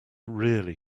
really